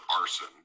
arson